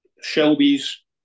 Shelbys